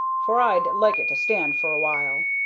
for i'd like it to stand for a while.